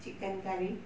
chicken curry